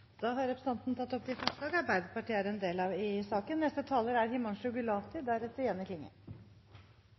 opp de forslag Arbeiderpartiet er en del av.